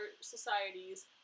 societies